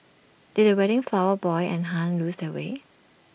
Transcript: did the wedding flower boy and Hun lose their way